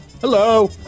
Hello